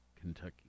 Kentucky